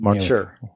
Sure